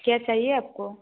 क्या चाहिए आपको